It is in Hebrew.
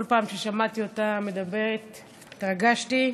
כל פעם ששמעתי אותה מדברת התרגשתי.